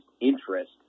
interest